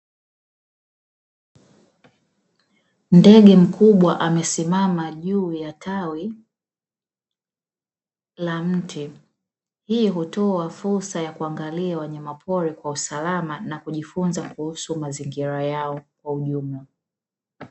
Ndege mkubwa amesimama juu ya tawi la mti. Hii hutoa fursa ya kuangalia wanyama pori kwa usalama na kujifunza kuhusu mazingira yao kwa ujumla.